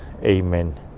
Amen